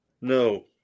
No